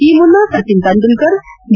ಈ ಮುನ್ನ ಸಚಿನ್ ತಂಡೂಲ್ಕರ್ ವಿ